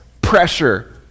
pressure